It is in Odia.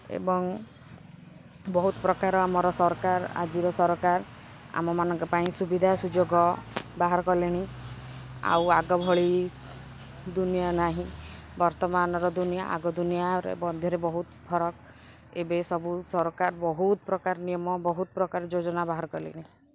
ଏବଂ ବହୁତ ପ୍ରକାର ଆମର ସରକାର ଆଜିର ସରକାର ଆମମାନଙ୍କ ପାଇଁ ସୁବିଧା ସୁଯୋଗ ବାହାର କଲେଣି ଆଉ ଆଗ ଭଳି ଦୁନିଆ ନାହିଁ ବର୍ତ୍ତମାନର ଦୁନିଆ ଆଗ ଦୁନିଆ ମଧ୍ୟରେ ବହୁତ ଫରକ ଏବେ ସବୁ ସରକାର ବହୁତ ପ୍ରକାର ନିୟମ ବହୁତ ପ୍ରକାର ଯୋଜନା ବାହାର କଲେଣି